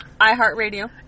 iHeartRadio